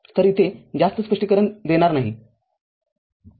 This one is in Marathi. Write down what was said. तर इथे जास्त स्पष्टीकरण देणार नाही